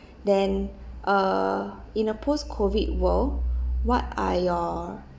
then uh in a post COVID world what are your